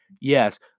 Yes